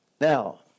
Now